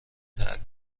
ترک